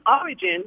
origin